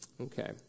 Okay